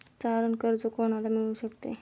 तारण कर्ज कोणाला मिळू शकते?